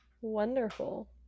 wonderful